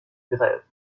grève